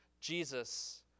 Jesus